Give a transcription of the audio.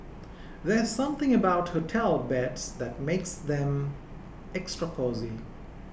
there's something about hotel beds that makes them extra cosy